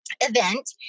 event